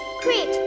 creep